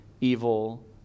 evil